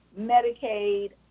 Medicaid